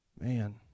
man